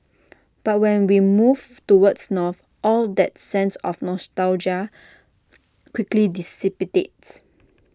but when we move to words north all that sense of nostalgia quickly dissipates